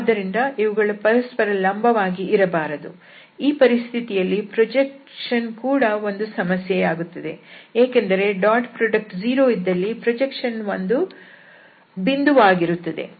ಆದ್ದರಿಂದ ಇವುಗಳು ಪರಸ್ಪರ ಲಂಬವಾಗಿ ಇರಬಾರದು ಈ ಪರಿಸ್ಥಿತಿಯಲ್ಲಿ ಪ್ರೊಜೆಕ್ಷನ್ ಕೂಡ ಒಂದು ಸಮಸ್ಯೆಯಾಗುತ್ತದೆ ಏಕೆಂದರೆ ಡಾಟ್ ಪ್ರೋಡಕ್ಟ್ 0 ಇದ್ದಲ್ಲಿ ಪ್ರೊಜೆಕ್ಷನ್ ಒಂದು ಬಿಂದುವಾಗಿರುತ್ತದೆ